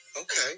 okay